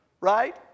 right